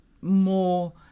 more